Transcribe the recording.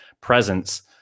presence